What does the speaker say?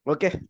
Okay